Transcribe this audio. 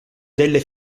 delle